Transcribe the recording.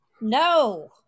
No